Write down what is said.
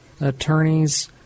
Attorneys